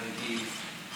החרדית,